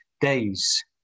days